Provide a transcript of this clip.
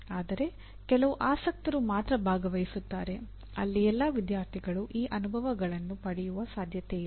ಆದರೆ ಕೆಲವು ಆಸಕ್ತರು ಮಾತ್ರ ಭಾಗವಹಿಸುತ್ತಾರೆ ಅಲ್ಲಿ ಎಲ್ಲಾ ವಿದ್ಯಾರ್ಥಿಗಳು ಈ ಅನುಭವಗಳನ್ನು ಪಡೆಯುವ ಸಾಧ್ಯತೆಯಿಲ್ಲ